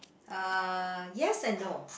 uh yes and no